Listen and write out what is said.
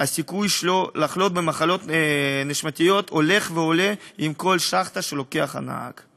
הסיכון שלו לחלות במחלות נשימתיות הולך ועולה עם כל שאכטה שלוקח הנהג.